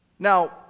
Now